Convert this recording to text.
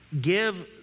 give